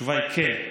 התשובה היא: כן,